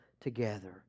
together